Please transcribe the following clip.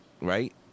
right